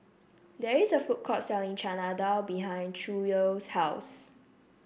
there is a food court selling Chana Dal behind Schuyler's house